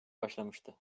başlamıştı